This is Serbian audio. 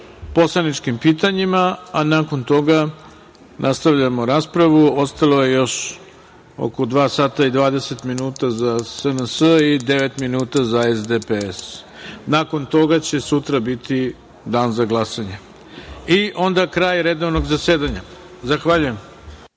poslaničkim pitanjima, a nakon toga, nastavljamo raspravu, ostalo je još oko dva sata i 20 minuta za SNS i devet minuta za SDPS. Nakon toga će sutra biti Dan za glasanje i onda kraj redovnog zasedanja. Zahvaljujem.